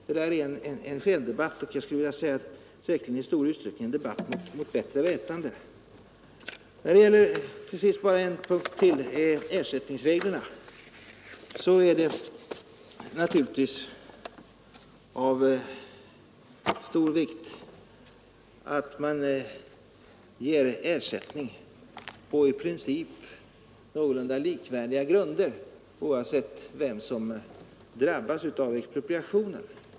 Detta är en skendebatt, och jag skulle vilja säga säkerligen i stor utsträckning en debatt mot bättre vetande. Till sist bara en punkt till, om ersättningsreglerna. Det är naturligtvis av stor vikt att man ger ersättning på i princip någorlunda likvärdiga grunder, oavsett vem som drabbas av expropriationen.